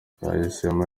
twahisemo